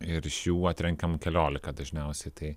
ir iš jų atrenkam keliolika dažniausiai tai